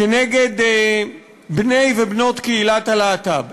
כנגד בני ובנות קהילת הלהט"ב?